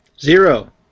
Zero